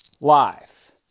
life